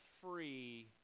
free